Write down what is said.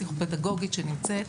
פדגוגית שנמצאת,